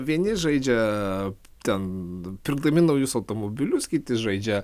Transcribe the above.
vieni žaidžia ten pirkdami naujus automobilius kiti žaidžia